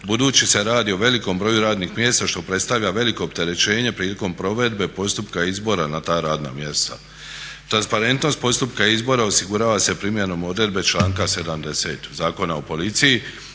budući se radi o velikom broju radnih mjesta što predstavlja veliko opterećenje prilikom provedbe postupka izbora na ta radna mjesta. Transparentnost postupka izbora osigurava se primjenom odredbe članka 70. Zakona o policiji